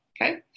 okay